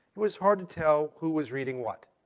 was hard to tell who was reading what.